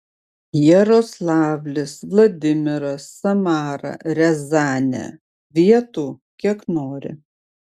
jaroslavlis vladimiras samara riazanė vietų kiek nori